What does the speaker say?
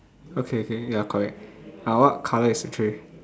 okay K K ya correct uh what colour is the tree